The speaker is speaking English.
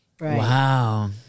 Wow